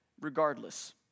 regardless